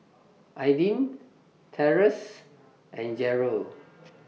Aydin Terrance and Jerel